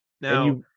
Now –